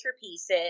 pieces